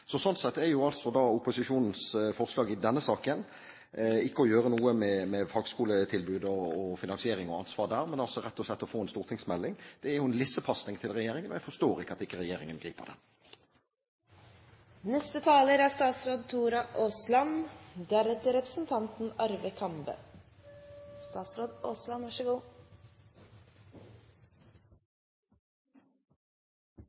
sett er jo opposisjonens forslag i denne saken ikke å gjøre noe med fagskoletilbudet og finansieringen og ansvaret der, men rett og slett å få en stortingsmelding. Det er en lissepasning til regjeringen, og jeg forstår ikke at ikke regjeringen griper den. Det er jo rørende å høre på opposisjonens bønn til regjeringen om å lage en stortingsmelding. Her kom nesten oppskriften; vi kunne bare lage en ren skryteliste, så